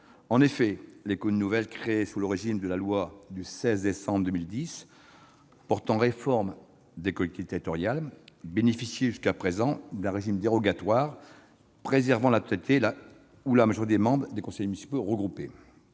En effet, les communes nouvelles créées sous le régime de la loi du 16 décembre 2010 portant réforme des collectivités territoriales bénéficiaient jusqu'à présent d'un régime dérogatoire préservant la totalité ou la majorité des membres des conseils municipaux regroupés.